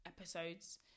episodes